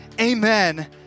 amen